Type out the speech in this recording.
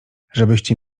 żebyście